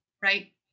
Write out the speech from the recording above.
right